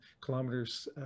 kilometers